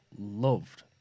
loved